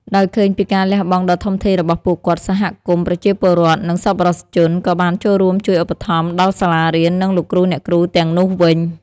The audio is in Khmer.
ដោយឃើញពីការលះបង់ដ៏ធំធេងរបស់ពួកគាត់ សហគមន៍ ប្រជាពលរដ្ឋ និងសប្បុរសជន ក៏បានចូលរួមជួយឧបត្ថម្ភដល់សាលារៀន និងលោកគ្រូអ្នកគ្រូទាំងនោះវិញ។